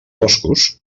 boscos